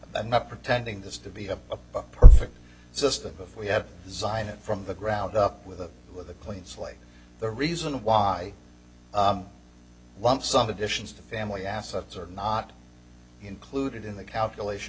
not pretending this to be a perfect system we have designed it from the ground up with a with a clean slate the reason why one some additions to family assets are not included in the calculation